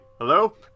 Hello